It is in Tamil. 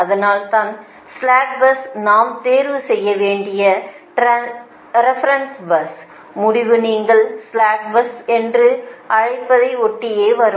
அதுதான் ஸ்லாக் பஸ் நாம் தேர்வு செய்ய வேண்டிய ரெபெரென்ஸ் பஸ் முடிவு நீங்கள் ஸ்லாக் பஸ் என்று அழைப்பதை ஒட்டியே வரும்